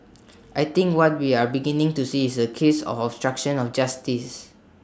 I think what we are beginning to see is A case of obstruction of justice